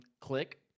click